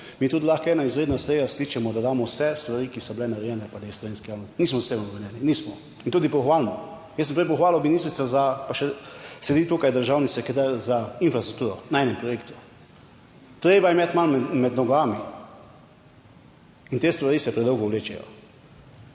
mi tudi lahko eno izredno sejo skličemo, da damo vse stvari, ki so bile narejene, pa da je v slovenski javnosti, nismo s tem obremenjeni, nismo in tudi pohvalimo. Jaz sem prej pohvalil ministrico za, pa še sedi tukaj državni sekretar za infrastrukturo, na enem projektu. Treba je imeti malo med nogami. In te stvari se predolgo vlečejo.